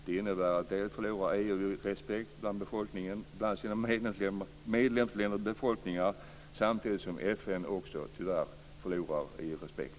Det innebär att EU förlorar respekt bland sina medlemsländers befolkningar samtidigt som FN - tyvärr - också förlorar i respekt.